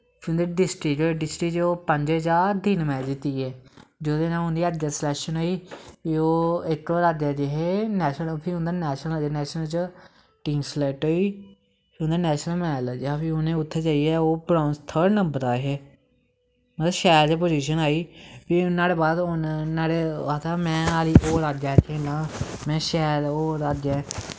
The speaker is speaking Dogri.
फिर उंदे डिस्टिक च डिस्टिक च पंजैं चा तिन्न मैच जित्तिये जेह्दै नै उंदी अग्गैं स्लैक्शन होई फ्ही ओह् इक होर अग्गैं गे हे नैशनल फ्ही उंदा नैशनल च टीम स्लैक्ट होई फ्ही उंदा नैशनल मैच लग्गेआ हा फ्ही उनें उत्थें जाइयै ओह् थ्रड़ नंबर आए हे मतलव शैल पोजिशन आई फ्ही नहाड़े बाद हून आखदा में होर अग्गैं खेलनां में शैल होर अग्गैं अपनै